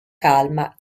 calma